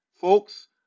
folks